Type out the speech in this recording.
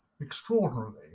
extraordinarily